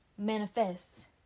Manifest